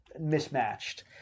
mismatched